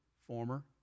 former